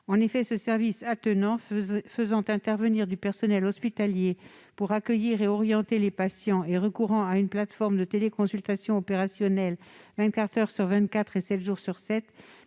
En effet, ce service attenant, faisant intervenir du personnel hospitalier pour accueillir et orienter les patients et recourant à une plateforme de téléconsultation opérationnelle vingt-quatre heures sur